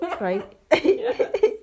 right